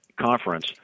conference